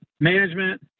management